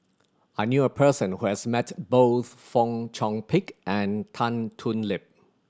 I knew a person who has met both Fong Chong Pik and Tan Thoon Lip